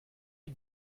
you